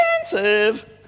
expensive